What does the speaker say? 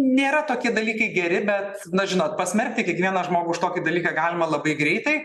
nėra tokie dalykai geri bet na žinot pasmerkti kiekvieną žmogų už tokį dalyką galima labai greitai